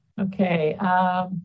Okay